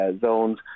zones